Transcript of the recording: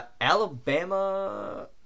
Alabama